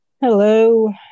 hello